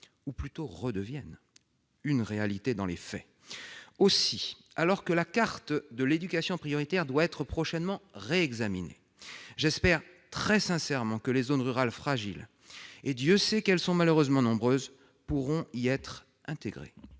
ou plutôt redevienne, une réalité dans les faits ! Aussi, alors que la carte de l'éducation prioritaire doit être prochainement réexaminée, j'espère très sincèrement que les zones rurales fragiles- Dieu sait qu'elles sont malheureusement nombreuses -pourront y être intégrées.